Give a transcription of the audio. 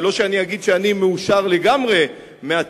ולא שאני אגיד שאני מאושר לגמרי מהתיאור